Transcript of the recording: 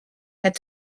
had